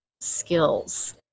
skills